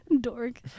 Dork